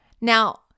Now